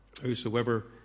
Whosoever